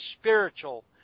spiritual